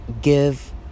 give